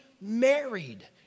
married